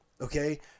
Okay